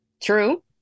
true